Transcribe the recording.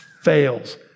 fails